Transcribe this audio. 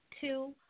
two